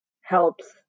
helps